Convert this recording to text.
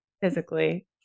physically